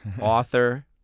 Author